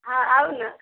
हँ आउ ने